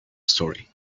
story